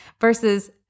versus